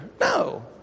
No